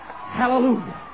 Hallelujah